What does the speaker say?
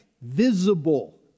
visible